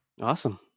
Awesome